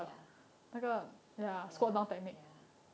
ya ya